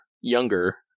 younger